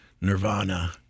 nirvana